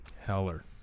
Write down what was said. Heller